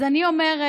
אז אני אומרת: